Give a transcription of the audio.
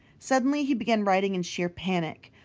suddenly he began writing in sheer panic,